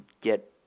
get